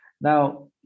Now